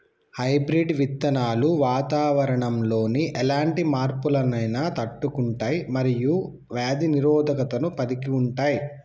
hybrid విత్తనాలు వాతావరణంలోని ఎలాంటి మార్పులనైనా తట్టుకుంటయ్ మరియు వ్యాధి నిరోధకతను కలిగుంటయ్